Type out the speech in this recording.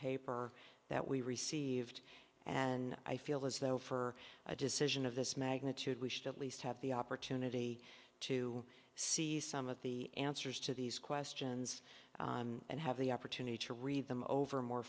paper that we received and i feel as though for a decision of this magnitude we should at least have the opportunity to see some of the answers to these questions and have the opportunity to read them over more